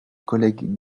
collègue